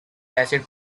acids